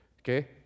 okay